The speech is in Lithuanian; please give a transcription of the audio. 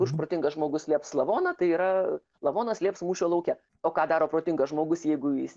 už protingas žmogus slėps lavoną tai yra lavonas lieps mūšio lauke o ką daro protingas žmogus jeigu jis